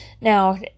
Now